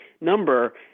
number